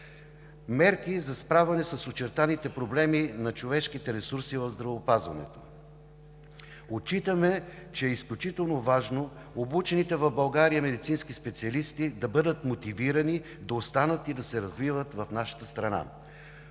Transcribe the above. Мерки за справяне с очертаните проблеми на човешките ресурси в здравеопазването. Отчитаме, че е изключително важно обучените в България медицински специалисти да бъдат мотивирани да останат и да се развиват в нашата страна.